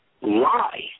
lie